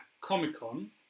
Comic-Con